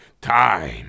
time